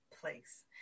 place